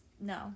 No